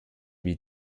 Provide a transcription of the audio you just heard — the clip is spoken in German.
wie